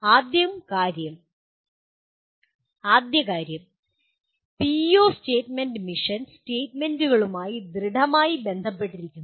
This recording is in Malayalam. ആദ്യകാര്യം പിഇഒ സ്റ്റേറ്റ്മെന്റ് മിഷൻ സ്റ്റേറ്റ്മെന്റുകളുമായി ശക്തമായി ബന്ധപ്പെട്ടിരിക്കുന്നു